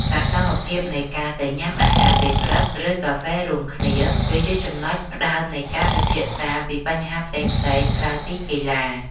សកម្មភាពនៃការទៅញ៉ាំអាហារពេលព្រឹក ឬកាហ្វេរួមគ្នា គឺជាចំណុចផ្ដើមនៃការពិភាក្សាពីបញ្ហាផ្សេងៗក្រៅពីកីឡា។